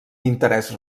interès